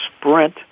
Sprint